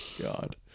God